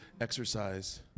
exercise